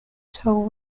toll